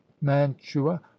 mantua